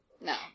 No